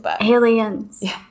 Aliens